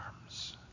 arms